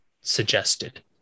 suggested